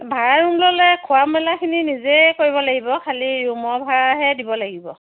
ভাড়া ৰুম ল'লে খোৱা মেলাখিনি নিজে কৰিব লাগিব খালি ৰুমৰ ভাড়াহে দিব লাগিব